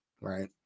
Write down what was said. right